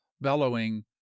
bellowing